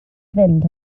fynd